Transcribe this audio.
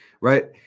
right